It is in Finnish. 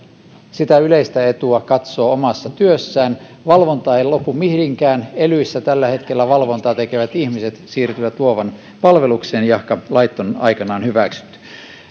sitä yleistä etua katsoo omassa työssään valvonta ei lopu mihinkään elyissä tällä hetkellä valvontaa tekevät ihmiset siirtyvät luovan palvelukseen jahka lait on aikanaan hyväksytty